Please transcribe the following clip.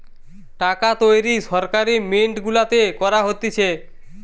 টাকা তৈরী সরকারি মিন্ট গুলাতে করা হতিছে